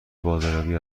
بازاریابی